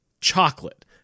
chocolate